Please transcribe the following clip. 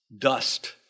dust